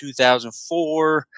2004